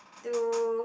two